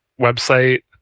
website